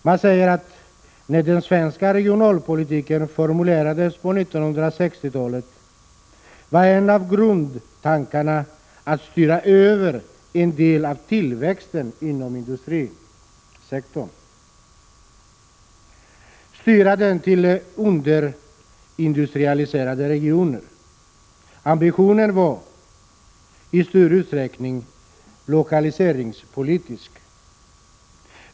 Man säger att när den svenska regionalpolitiken formulerades på 1960-talet var en av grundtankarna att styra över en del av tillväxten inom industrisektorn till underindustrialiserade regioner. Ambitionen var i större utsträckning lokaliseringspolitisk.